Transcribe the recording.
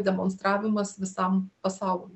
demonstravimas visam pasauliui